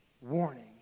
warning